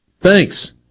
Thanks